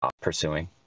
pursuing